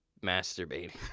masturbating